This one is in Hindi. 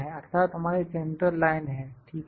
अर्थात् हमारी सेंट्रल लाइन है ठीक है